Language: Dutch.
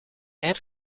erg